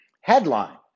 Headline